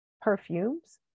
perfumes